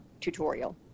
tutorial